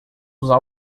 usar